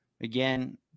again